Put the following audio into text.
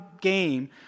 game